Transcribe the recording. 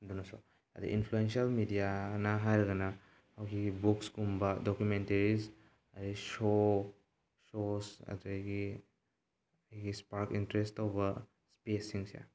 ꯑꯗꯨꯅꯁꯨ ꯑꯗꯩ ꯏꯟꯐ꯭ꯂꯨꯌꯦꯟꯁꯦꯜ ꯃꯦꯗꯤꯌꯥꯅ ꯍꯥꯏꯔꯒꯅ ꯑꯩꯈꯣꯏꯒꯤ ꯕꯨꯛꯁꯀꯨꯝꯕ ꯗꯣꯀꯨꯃꯦꯟꯇꯔꯤꯁ ꯑꯗꯩ ꯁꯣ ꯁꯣꯁ ꯑꯗꯨꯗꯒꯤ ꯑꯩꯈꯣꯏꯒꯤ ꯏꯁꯄꯥꯛ ꯏꯟꯇꯔꯦꯁ ꯇꯧꯕ ꯏꯁꯄꯦꯁꯁꯤꯡꯁꯦ